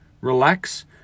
relax